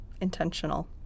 intentional